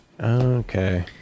Okay